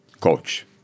coach